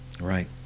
right